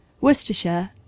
Worcestershire